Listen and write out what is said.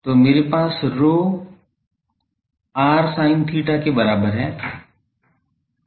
तो मेरे पास rho r sin theta के बराबर है